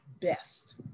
best